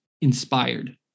inspired